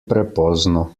prepozno